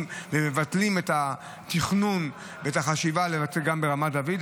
ומבטלים את התכנון ואת החשיבה לבצע גם ברמת דוד,